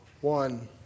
One